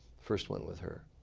first one with her.